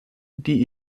die